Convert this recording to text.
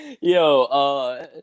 Yo